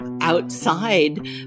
outside